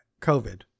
COVID